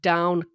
Down